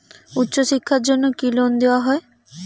উচ্চশিক্ষার জন্য কি লোন দেওয়া হয়?